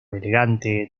elegante